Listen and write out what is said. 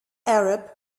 arab